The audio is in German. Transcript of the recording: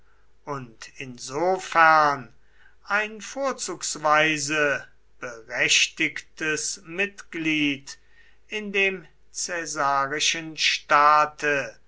und insofern ein vorzugsweise berechtigtes mitglied in dem caesarischen staate